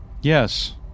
Yes